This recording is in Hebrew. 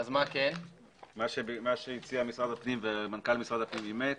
מה שהציע משרד הפנים ומנכ"ל משרד הפנים אימץ,